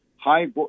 high